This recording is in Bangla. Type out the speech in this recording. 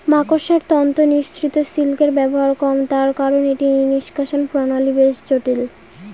মাকড়সার তন্তু নিঃসৃত সিল্কের ব্যবহার কম তার কারন এটি নিঃষ্কাষণ প্রণালী বেশ জটিল